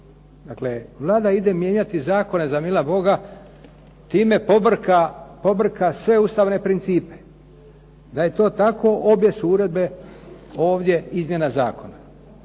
Dakle, Vlada ide mijenjati zakone za mila Boga, time pobrka sve ustavne principe. Da je to tako, obje su uredbe ovdje izmjena zakona.